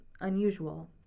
unusual